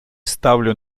ставлю